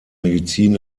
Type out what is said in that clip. medizin